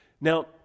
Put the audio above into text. Now